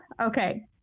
Okay